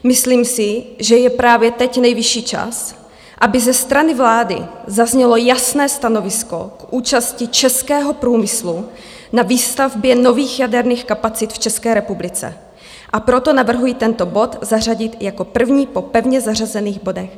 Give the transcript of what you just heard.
Myslím si, že je právě teď nejvyšší čas, aby ze strany vlády zaznělo jasné stanovisko k účasti českého průmyslu na výstavbě nových jaderných kapacit v České republice, a proto navrhuji tento bod zařadit jako první po pevně zařazených bodech.